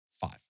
five